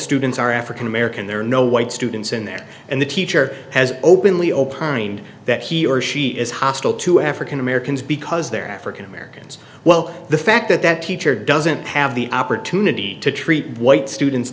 students are african american there are no white students in there and the teacher has openly opined that he or she is hostile to african americans because they're african americans well the fact that that teacher doesn't have the opportunity to treat white students